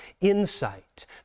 insight